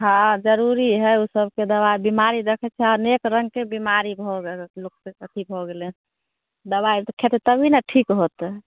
हँ जरूरी है ओसब के दबाइ बीमारी देखै छियै अनेक रङके बीमारी भऽ गेलै लोकके अथी भऽ गेलै हँ दबाइ खेतै तभी ने ठीक होतै